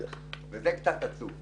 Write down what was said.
זה קצת עצוב.